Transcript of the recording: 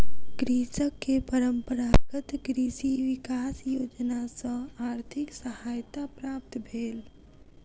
कृषक के परंपरागत कृषि विकास योजना सॅ आर्थिक सहायता प्राप्त भेल